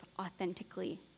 authentically